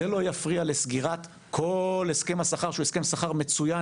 זה לא יפריע לסגירת כל הסכם השכר שהוא הסכם שכר מצוין,